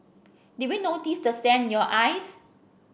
did we notice the sand in your eyes